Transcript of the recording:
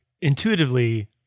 intuitively